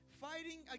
Fighting